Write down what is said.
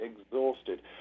exhausted